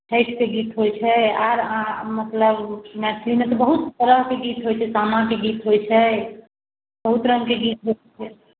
छइठके गीत होइ छै आओर मतलब मैथिलीमे तऽ बहुत तरहके गीत होइ छै सामाके गीत होइ छै बहुत रङ्गके गीत होइ छै